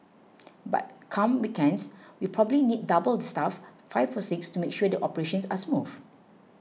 but come weekends we probably need double the staff five or six to make sure the operations are smooth